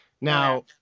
Now